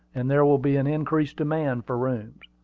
and there will be an increased demand for rooms.